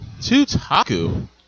Tutaku